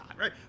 right